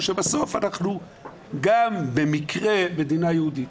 שבסוף אנחנו גם במקרה מדינה יהודית.